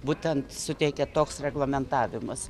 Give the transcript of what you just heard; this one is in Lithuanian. būtent suteikia toks reglamentavimas